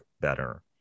better